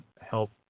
help